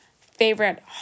favorite